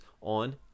on